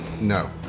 No